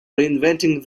reinventing